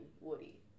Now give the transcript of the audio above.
Woody